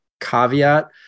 caveat